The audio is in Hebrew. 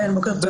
זה